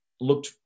looked